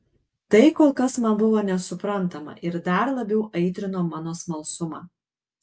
tai kol kas man buvo nesuprantama ir dar labiau aitrino mano smalsumą